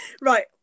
Right